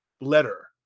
letter